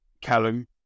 Callum